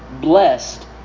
blessed